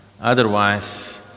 Otherwise